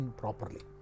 properly